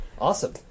awesome